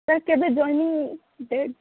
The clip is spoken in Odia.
ସାର୍ କେବେ ଜଏନିଙ୍ଗ୍ ଡେଟ୍